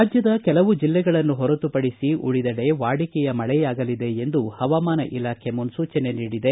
ರಾಜ್ಯದ ಕೆಲವು ಜಿಲ್ಲೆಗಳನ್ನು ಹೊರತುಪಡಿಸಿ ಉಳಿದೆಡೆ ವಾಡಿಕೆಯ ಮಳೆ ಆಗಲಿದೆ ಎಂದು ಹವಾಮಾನ ಇಲಾಖೆ ಮುನ್ಲೂಚನೆ ನೀಡಿದೆ